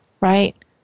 right